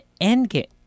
Endgame